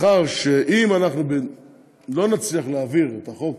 אם אנחנו לא נצליח להעביר את החוק